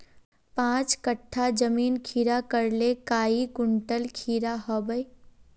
पाँच कट्ठा जमीन खीरा करले काई कुंटल खीरा हाँ बई?